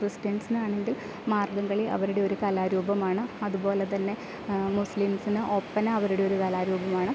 ക്രിസ്ത്യൻസിനാണെങ്കിൽ മാർഗംകളി അവരുടെ ഒരു കലാരൂപമാണ് അതുപോലെ തന്നെ മുസ്ലീംസിന് ഒപ്പന അവരുടെ ഒരു കലാരൂപമാണ്